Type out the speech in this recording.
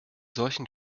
solchen